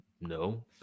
No